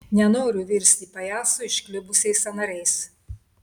nenoriu virsti pajacu išklibusiais sąnariais